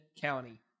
county